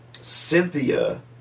Cynthia